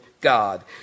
God